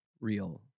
real